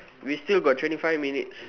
we still got twenty five minutes